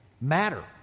matter